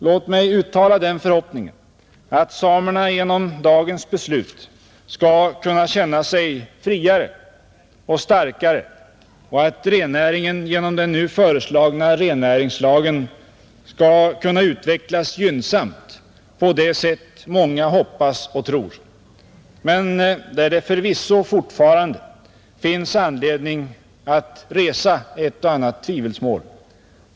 Låt mig uttala den förhoppningen att samerna genom dagens beslut skall kunna känna sig friare och starkare och att rennäringen genom den nu föreslagna rennäringslagen skall kunna utvecklas gynnsamt på det sätt många hoppas och tror. Men det finns förvisso fortfarande anledning att resa ett och annat tvivelsmål.